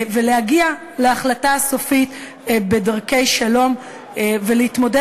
להגיע להחלטה הסופית בדרכי שלום ולהתמודד